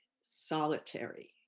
solitary